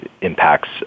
impacts